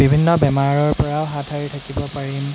বিভিন্ন বেমাৰৰপৰাও হাত সাৰি থাকিব পাৰিম